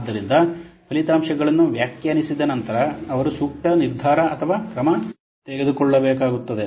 ಆದ್ದರಿಂದ ಫಲಿತಾಂಶಗಳನ್ನು ವ್ಯಾಖ್ಯಾನಿಸಿದ ನಂತರ ಅವರು ಸೂಕ್ತ ನಿರ್ಧಾರ ಅಥವಾ ಕ್ರಮ ತೆಗೆದುಕೊಳ್ಳಬೇಕಾಗುತ್ತದೆ